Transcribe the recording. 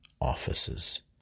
Offices